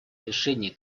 решений